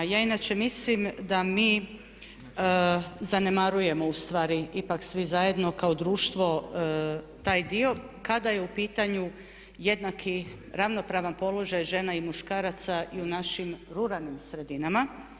Ja inače mislim da mi zanemarujemo ustvari ipak svi zajedno kao društvo taj dio kada je u pitanju jednaki ravnopravan položaj žena i muškaraca i u našim ruralnim sredinama.